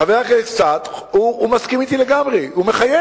חבר הכנסת כץ, הוא מסכים אתי לגמרי, הוא מחייך.